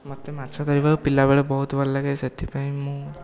ମୋତେ ମାଛ ଧରିବାକୁ ପିଲାବେଳେ ବହୁତ ଭଲ ଲାଗେ ସେଥିପାଇଁ ମୁଁ